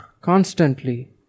Constantly